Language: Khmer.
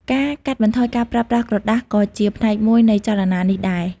ការកាត់បន្ថយការប្រើប្រាស់ក្រដាសក៏ជាផ្នែកមួយនៃចលនានេះដែរ។